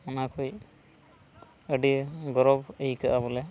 ᱚᱱᱟ ᱠᱩᱪ ᱟᱹᱰᱤ ᱜᱚᱨᱚᱵᱽ ᱟᱹᱭᱠᱟᱹᱜᱼᱟ ᱵᱚᱞᱮ